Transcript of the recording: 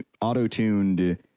auto-tuned